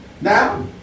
Now